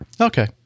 Okay